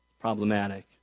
Problematic